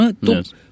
Yes